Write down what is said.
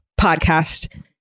podcast